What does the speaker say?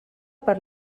per